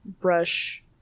brush